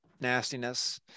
nastiness